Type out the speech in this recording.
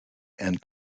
and